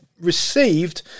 received